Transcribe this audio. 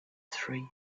three